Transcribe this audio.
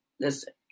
listen